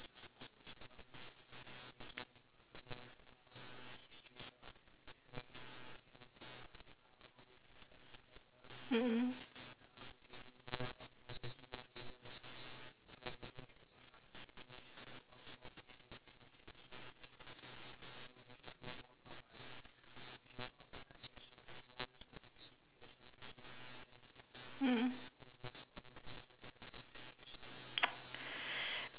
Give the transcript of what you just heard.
mm mm mm mm